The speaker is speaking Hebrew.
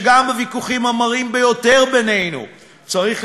שגם בוויכוחים המרים ביותר בינינו צריך